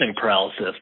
paralysis